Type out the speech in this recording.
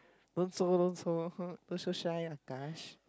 don't so don't so !huh! don't so shy ah Kash